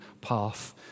path